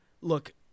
Look